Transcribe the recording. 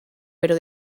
pero